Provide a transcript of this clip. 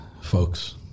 folks